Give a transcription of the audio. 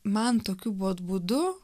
man tokiu vat būdu